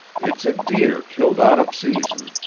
it's a deer killed out of season,